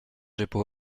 jeppo